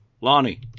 Lonnie